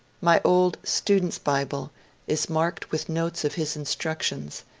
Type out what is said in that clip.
my old student's bible is marked with notes of his instructions,